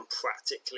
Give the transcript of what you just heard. practically